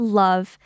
love